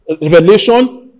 Revelation